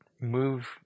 move